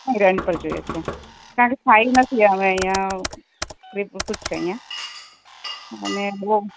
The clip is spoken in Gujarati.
હાં રેન્ટ પર જોઈયે છે કાનકે સ્થાયી નથી રહેવાનું અહિયાં પૂરતું જ છે અહિયાં અને બોવ